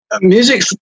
music